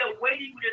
waiting